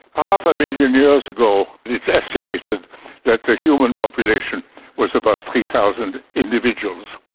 half a million years ago it's estimated that the human population was about three thousand individuals.